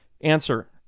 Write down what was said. Answer